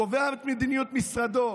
קובע את מדיניות משרדו.